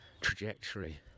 trajectory